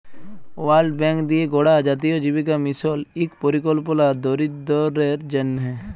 world Bank দিঁয়ে গড়া জাতীয় জীবিকা মিশল ইক পরিকল্পলা দরিদ্দরদের জ্যনহে